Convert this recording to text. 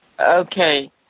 Okay